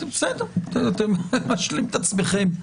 אתם משלים את עצמכם.